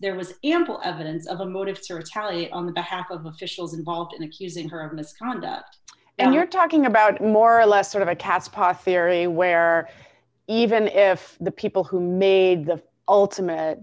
there was ample evidence of a motive to retaliate on the behalf of officials involved in accusing her of misconduct and you're talking about more or less sort of a cast pothecary where even if the people who made the ultimate